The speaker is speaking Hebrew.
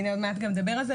עוד מעט גם נדבר על זה.